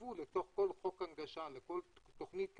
תצרפו לכל חוק הנגשה, לכל תכנית כזאת,